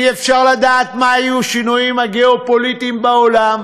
אי-אפשר לדעת מה יהיו השינויים הגיאו-פוליטיים בעולם.